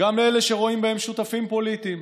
וגם לאלה שרואים בהם שותפים פוליטיים: